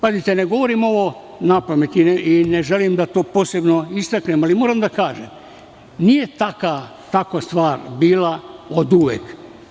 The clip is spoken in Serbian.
Pazite, ne govorim ovo napamet i ne želim da to posebno istaknem, ali moram da kažem - nije takva stvar bila oduvek.